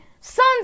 Sons